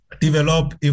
develop